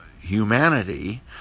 humanity